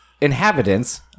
inhabitants